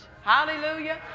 Hallelujah